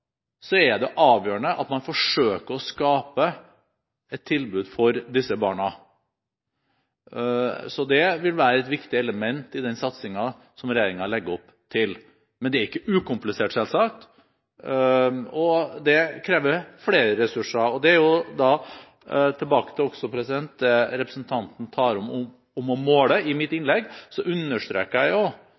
er det avgjørende at man forsøker å skape et tilbud for barna. Det vil være et viktig element i den satsingen som regjeringen legger opp til. Men det er ikke ukomplisert, selvsagt, og det krever flere ressurser. Tilbake til det representanten tar opp om å måle: I mitt innlegg understreket jeg at i det å nå frem til funksjonshemmede, det å nå frem til barn i